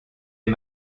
est